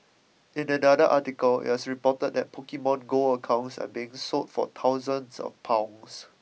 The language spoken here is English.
in another article it was reported that Pokemon Go accounts are being sold for thousands of pounds